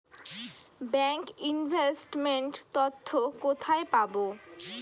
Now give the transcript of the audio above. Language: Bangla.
ব্যাংক ইনভেস্ট মেন্ট তথ্য কোথায় পাব?